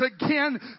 again